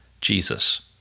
Jesus